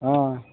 অঁ